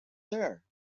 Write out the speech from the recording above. there